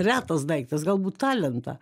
retas daiktas galbūt talentą